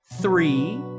three